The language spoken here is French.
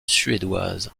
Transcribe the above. suédoise